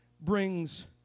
brings